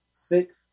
Six